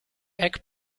egg